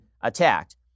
attacked